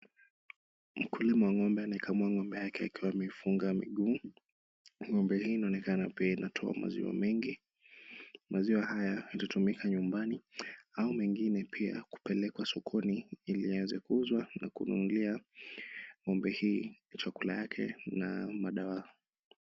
Mkulima wa ng'ombe anaikamua ng'ombe yake akiwa ameifunga miguu na ng'ombee hii inaonekana pia inatoa maziwa mingi. Maziwa haya yatatumika nyumbani au mengine kupelekwa sokoni ili yaweze kuuzwa na kununulia ng'ombe hii chakula na dawa.